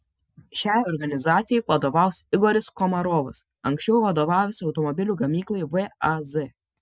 šiai organizacijai vadovaus igoris komarovas anksčiau vadovavęs automobilių gamyklai vaz